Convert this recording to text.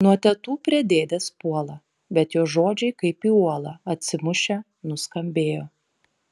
nuo tetų prie dėdės puola bet jo žodžiai kaip į uolą atsimušę nuskambėjo